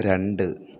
രണ്ട്